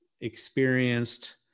experienced